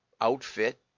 outfit